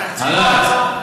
התקציב, עליי.